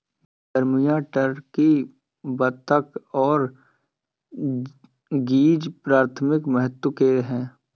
मुर्गियां, टर्की, बत्तख और गीज़ प्राथमिक महत्व के हैं